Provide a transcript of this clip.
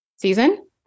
season